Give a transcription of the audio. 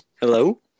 Hello